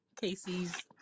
Casey's